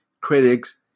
critics